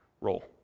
role